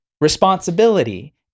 responsibility